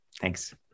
Thanks